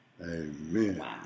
Amen